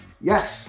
Yes